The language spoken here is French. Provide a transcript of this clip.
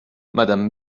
madame